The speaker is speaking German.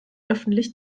öffentlich